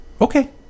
Okay